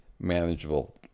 manageable